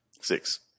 Six